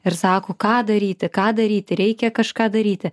ir sako ką daryti ką daryti reikia kažką daryti